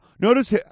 Notice